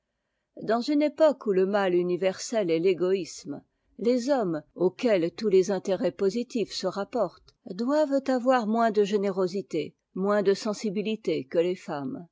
dans une époque où le mal universel est t'égotsme les hommes auxquels tous les intérêts positifs se rappor tent doiventavoir moins de générosité moins de sensibilité que les femmes